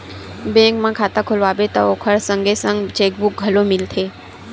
bank म खाता खोलवाबे त ओखर संगे संग चेकबूक घलो मिलथे